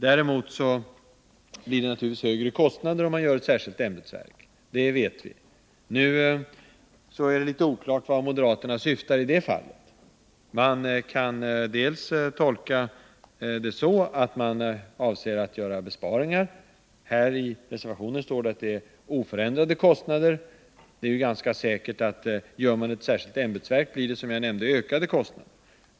Däremot blir naturligtvis kostnaderna större om man inrättar ett särskilt ämbetsverk. Det är litet oklart vart moderaterna syftar i det fallet. Man kan tolka dem så att de avser att göra besparingar — i reservationen står det att kostnaderna skulle bli oförändrade. Men inrättar man ett särskilt ämbetsverk blir det, som jag nämnde, ökade kostnader.